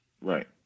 Right